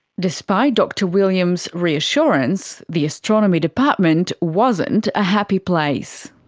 despite dr williams' reassurance, the astronomy department wasn't a happy place.